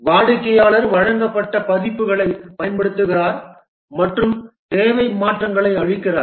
வாடிக்கையாளர் வழங்கப்பட்ட பதிப்புகளைப் பயன்படுத்துகிறார் மற்றும் தேவை மாற்றங்களை அளிக்கிறார்